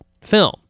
film